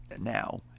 Now